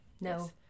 No